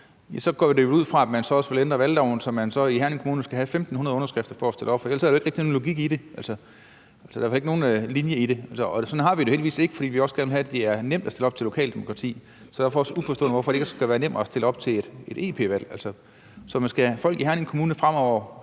går jeg ud fra, at man også vil ændre valgloven, så man så i Herning Kommune skal have 1.500 underskrifter for at stille op. For ellers er der jo ikke rigtig nogen logik i det; der er ikke nogen linje i det. Sådan har vi det jo heldigvis ikke. For vi vil også gerne have, at det er nemt at stille op i et lokaldemokrati. Derfor er jeg også uforstående over for, hvorfor det ikke også skal være nemt at stille op til et europaparlamentsvalg. Så skal folk i Herning Kommune fremover